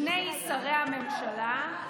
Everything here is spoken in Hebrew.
שני שרי הממשלה,